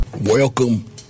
Welcome